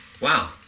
Wow